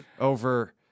over